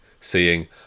Seeing